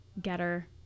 Getter